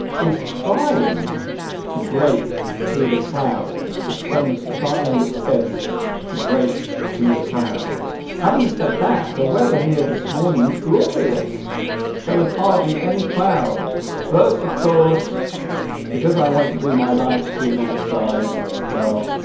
is trying to break through the clouds the sun is trying its best to break through the clouds having said that the weather here this morning was glorious there was hardly any cloud but of course because i want to do my livestream outside well